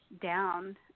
down